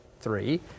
three